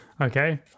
Okay